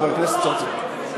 חבר הכנסת זחאלקה.